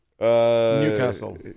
newcastle